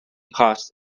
costs